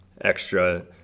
extra